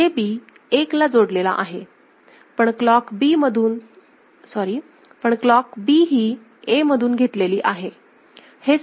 JB 1ला जोडलेला आहे पण क्लॉक B ही A मधून घेतलेली आहे